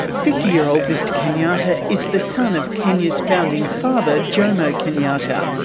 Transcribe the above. fifty year old mr kenyatta is the son of kenya's founding father jomo kenyatta.